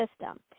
system